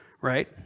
right